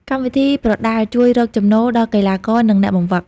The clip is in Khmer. កម្មវិធីប្រដាល់ជួយ រកចំណូល ដល់កីឡាករនិងអ្នកបង្វឹក។